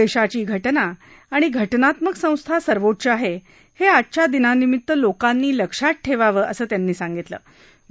देशाची घटना आणि घटनात्मक संस्था सर्वोच्च आहे हे आजच्या दिनानिमित्त लोकांनी लक्षात ठेवावं असं त्यांनी म्हटलंय